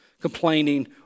complaining